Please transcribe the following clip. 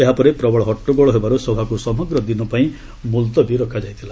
ଏହା ପରେ ପ୍ରବଳ ହଟ୍ଟଗୋଳ ହେବାରୁ ସଭାକୁ ସମଗ୍ର ଦିନ ପାଇଁ ମୁଲତବୀ ରଖାଯାଇଥିଲା